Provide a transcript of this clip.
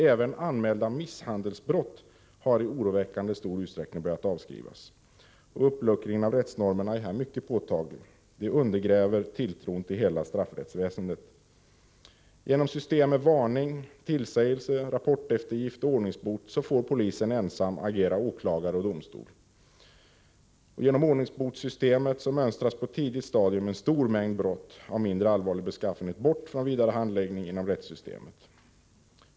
Även anmälda misshandelsbrott har i oroväckande stor utsträckning börjat avskrivas. Uppluckringen av rättsnormerna är här mycket påtaglig. Detta undergräver tilltron till hela straffrättsväsendet. Genom systemen med varning, tillsägelse, rapporteftergift och ordningsbot får polisen ensam agera åklagare och domstol. Genom ordningsbotssystem mönstras på tidigt stadium en stor mängd brott av mindre allvarlig beskaffenhet bort från vidare handläggning inom rättssystemet.